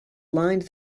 lined